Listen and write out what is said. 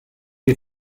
les